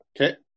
Okay